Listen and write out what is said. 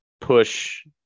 push